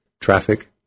traffic